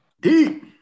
Deep